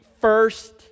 first